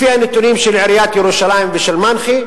לפי הנתונים של עיריית ירושלים ושל מנח"י,